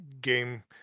game